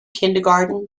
kindergarten